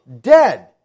Dead